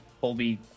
Colby